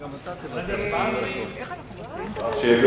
בבקשה.